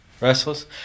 Restless